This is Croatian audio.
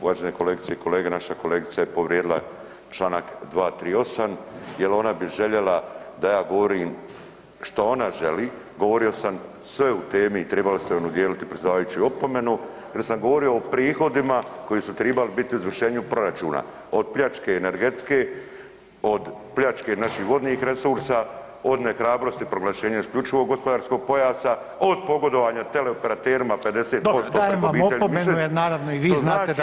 Uvažene kolegice i kolege, naša kolegica je povrijedila čl. 238. jer ona bi željela da ja govorim što ona želi, govorio sam sve u temi, tribali ste joj udijeliti predsjedavajući, opomenu jer sam govorio o prihodima koji su tribali biti u izvršenju proračuna, od pljačke energetike, od pljačke naših vodnih resursa, od nehrabrosti proglašenja isključivog gospodarskog pojasa, od pogodovanja teleoperaterima 50% preko obitelji